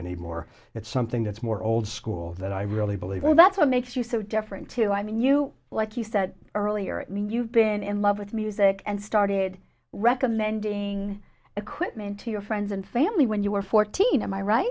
anymore it's something that's more old school that i really believe and that's what makes you so different to i mean you like you said earlier i mean you've been in love with music and started recommending equipment to your friends and family when you were fourteen am i right